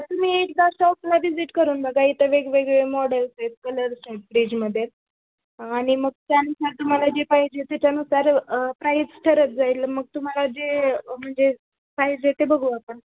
तुम्ही एकदा शॉपला व्हिजिट करून बघा इथं वेगवेगळे मॉडेल्स आहेत कलर्स आहेत फ्रीजमध्ये आणि मग त्यानुसार तुम्हाला जे पाहिजे त्याच्यानुसार प्राईस ठरत जाईल मग तुम्हाला जे म्हणजे पाहिजे ते ते बघू आपण